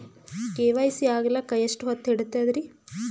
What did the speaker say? KYC ಆಗಲಕ್ಕ ಎಷ್ಟ ಹೊತ್ತ ಹಿಡತದ್ರಿ?